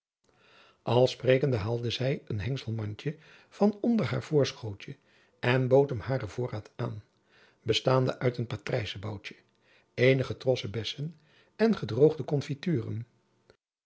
al sprekende haalde zij een hengselmandje van onder haar voorschootje en bood hem haren voorraad aan bestaande uit een patrijzenboutje eenige trossen bessen en gedroogde confituren